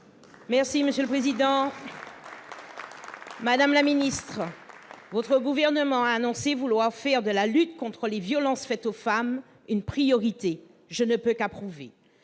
ministre de l'intérieur. Madame la ministre, le Gouvernement a annoncé vouloir faire de la lutte contre les violences faites aux femmes une priorité. Je ne peux qu'approuver.